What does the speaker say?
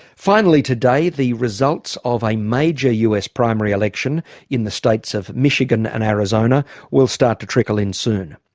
finally today, the results of a major us primary election in the states of michigan and arizona will start to trickle in soon.